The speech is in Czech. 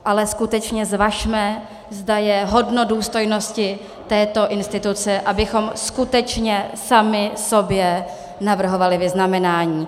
Ale skutečně zvažme, zda je hodno důstojnosti této instituce, abychom skutečně sami sobě navrhovali vyznamenání.